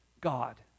God